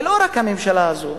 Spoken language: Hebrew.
ולא רק הממשלה הזאת,